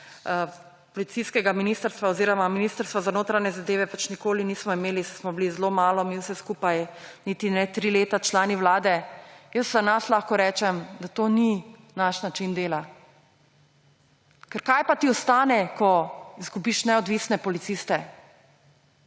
policijskega ministrstva oziroma Ministrstva za notranje zadeve pač nikoli nismo imeli, saj smo bili zelo malo mi vse skupaj – niti ne tri leta – člani vlade, jaz za nas lahko rečem, da to ni naš način dela. Ker kaj pa ti ostane, ko izgubiš neodvisne policiste?